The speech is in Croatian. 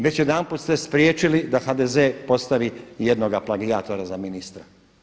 Već jedanput ste spriječili da HDZ-e postavi jednoga plagijatora za ministra.